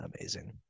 amazing